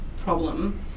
problem